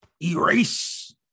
erase